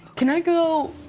can i go,